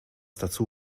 dazu